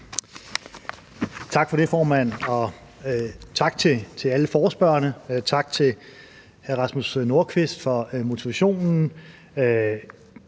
Tak for det, formand, og tak til alle forespørgerne; tak til hr. Rasmus Nordqvist for begrundelsen.